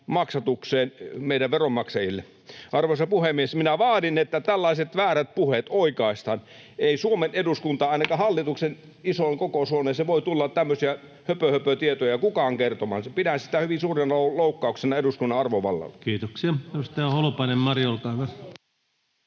meidän veronmaksajille. Arvoisa puhemies, minä vaadin, että tällaiset väärät puheet oikaistaan. Ei Suomen eduskuntaan, ainakaan hallituksen isoon kokoushuoneeseen, voi tulla tämmöisiä höpöhöpötietoja kukaan kertomaan. Pidän sitä hyvin suurena loukkauksena eduskunnan arvovallalle. [Mauri